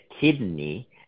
kidney